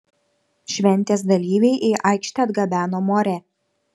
šventės dalyviai į aikštę atgabeno morę